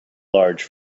large